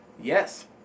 yes